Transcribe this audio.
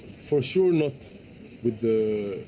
for sure not with the,